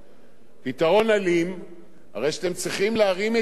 הרי אתם צריכים להרים את ידכם היום בעד הצעת החוק הזאת,